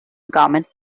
government